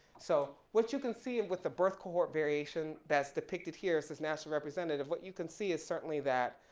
so, what you can see in with the birth cohort variation that's depicted here, it says national representative, what you can see is certainly that,